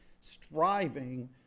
striving